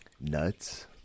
nuts